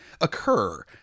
occur